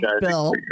Bill